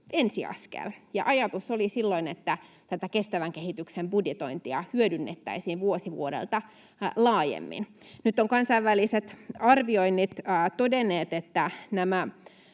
ensiaskel, ja silloin oli ajatus, että kestävän kehityksen budjetointia hyödynnettäisiin vuosi vuodelta laajemmin. Kansainväliset arvioinnit ovat nyt todenneet, että nämä